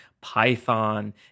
Python